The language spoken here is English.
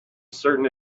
certain